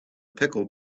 pickled